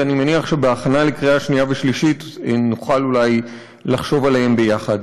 ואני מניח שבהכנה לקריאה שנייה ושלישית נוכל אולי לחשוב עליהם יחד.